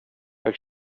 jag